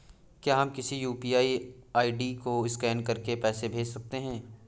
क्या हम किसी यू.पी.आई आई.डी को स्कैन करके पैसे भेज सकते हैं?